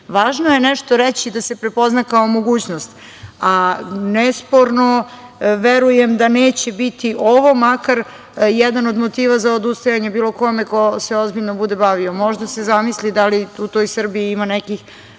je nešto reći da se prepozna kao mogućnost, a nesporno verujem da neće biti ovo makar jedan od motiva za odustajanje bilo kome ko se ozbiljno bude bavio. Možda se zamisli da li u toj Srbiji ima nekih